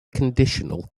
conditional